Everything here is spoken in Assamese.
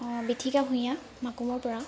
অঁ বীথিকা ভূঞা মাকুমৰ পৰা